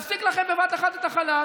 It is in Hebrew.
אמרתי שפחד זה לא בסיס לתוכנית